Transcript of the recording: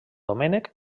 domènec